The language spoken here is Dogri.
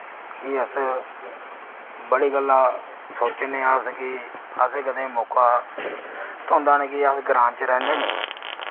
एह् अस बड़ी गल्लांं सोचने अस कि असें कदें मौका थ्होंदा नि कि अस ग्रां च रैह्ने नी